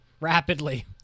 Rapidly